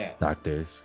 doctors